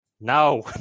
No